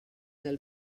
del